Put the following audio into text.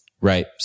right